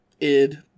ID